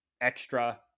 extra